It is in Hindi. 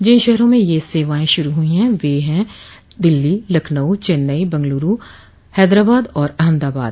जिन शहरों में यह सेवाएं शुरू हुई वे है दिल्ली लखनऊ चेन्नई बंगलुरू हैदराबाद और अहमदाबाद